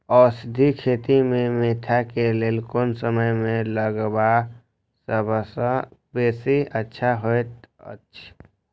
औषधि खेती मेंथा के लेल कोन समय में लगवाक सबसँ बेसी अच्छा होयत अछि?